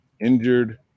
injured